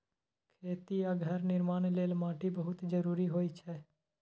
खेती आ घर निर्माण लेल माटि बहुत जरूरी होइ छै